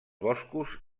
boscos